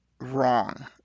wrong